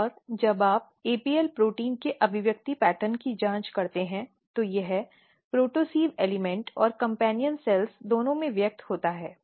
और जब आप APL प्रोटीन के अभिव्यक्ति पैटर्न की जांच करते हैं तो यह प्रोटोसिव़ तत्वों और कम्पेन्यन कोशिकाओं दोनों में व्यक्त होता है